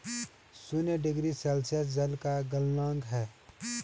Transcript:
शून्य degree Celsius जल का गलनांक है